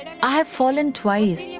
and i fell and twice. yeah